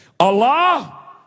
Allah